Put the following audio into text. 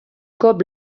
cop